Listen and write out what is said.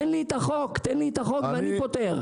תן לי את החוק ואני פותר.